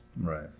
Right